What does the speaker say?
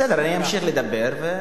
בסדר, אני אמשיך לדבר, וכשיבוא,